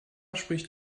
spricht